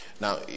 Now